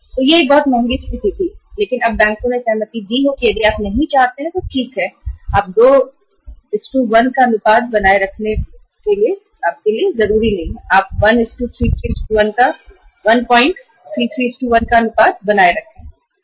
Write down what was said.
तो यह एक बहुत महंगी स्थिति थी लेकिन अब बैंक भी इस पर सहमत हो गए हैं कि यदि आप 21 का अनुपात नहीं बनाए रखना चाहते हैं तो आप 1331 का अनुपात भी रख सकते हैं